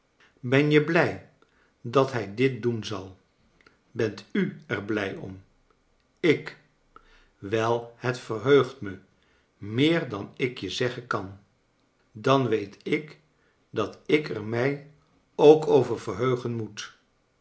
ben je blij dat hij dit doen zal bent u er blij om ik wei het verheugt me meer dan ik je zeggen kan dan weet ik dat ik er mij ook over verheugen moet